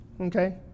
Okay